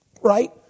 right